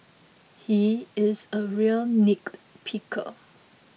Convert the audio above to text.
he is a real nitpicker